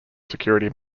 security